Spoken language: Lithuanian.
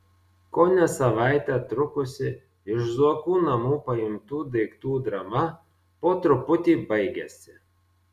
kone savaitę trukusi iš zuokų namų paimtų daiktų drama po truputį baigiasi